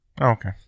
Okay